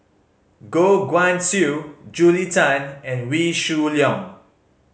Goh Guan Siew Julia Tan and Wee Shoo Leong